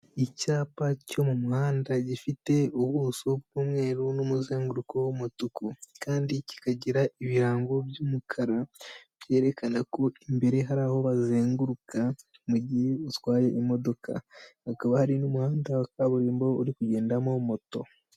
Icyapa cyo mu muhanda gifite ubuso bw'umweru n'umuzenguruko w'umutuku, kandi kikagira ibirango by'umukara byerekana ko imbere hari aho bazenguruka mu gihe utwaye imodoka, hakaba hari n'umuhanda wa kaburimbo uri kugendamo moto.